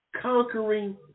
conquering